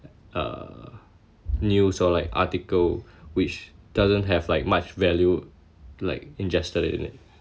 uh news or like article which doesn't have like much value like ingested in it